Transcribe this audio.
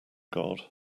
god